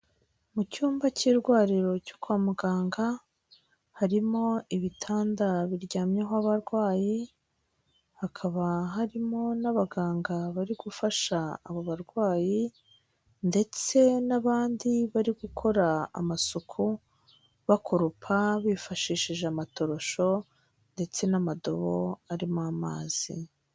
Mu cyumba cy'irwariro cyo kwa muganga, harimo ibitanda biryamyeho abarwayi, hakaba harimo n'abaganga bari gufasha abo barwayi ndetse n'abandi bari gukora amasuku, bakoropa bifashishije amatorosho ndetse n'amadobo arimo amazi.